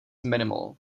minimal